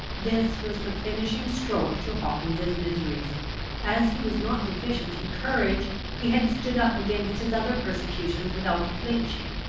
this was the finishing stroke to hawkins's miseries as he was not deficient in courage, he had stood up against his other persecutions without flinching.